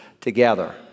together